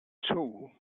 tool